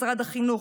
משרד החינוך,